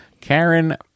karen